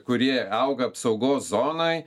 kurie auga apsaugos zonoj